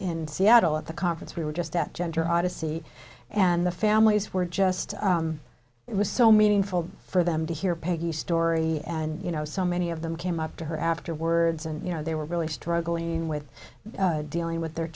in seattle at the conference we were just at gender odyssey and the families were just it was so meaningful for them to hear peggy story and you know so many of them came up to her afterwards and you know they were really struggling with dealing with their